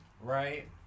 Right